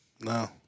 No